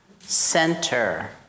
center